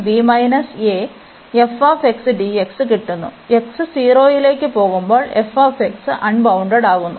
x 0ലേക്ക് പോകുമ്പോൾ f x അൺബൌണ്ടഡ്ഡാകുന്നു